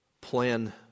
plan